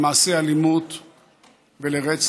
למעשי אלימות ולרצח.